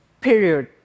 Period